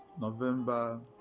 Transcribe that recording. November